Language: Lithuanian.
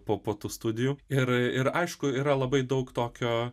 po po tų studijų ir ir aišku yra labai daug tokio